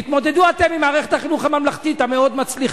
תתמודדו אתם עם מערכת החינוך הממלכתית המאוד-מצליחה.